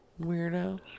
Weirdo